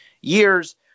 years